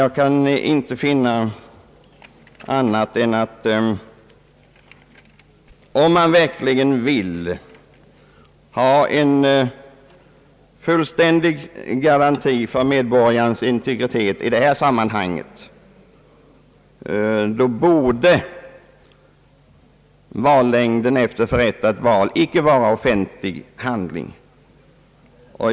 Jag kan inte finna annat än att om man verkligen vill ha fullständig garanti för medborgarens integritet i detta sammanhang så borde vallängden efter förrättat val icke vara offentlig handling.